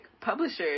publishers